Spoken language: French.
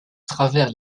travers